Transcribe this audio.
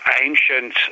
ancient